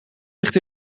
ligt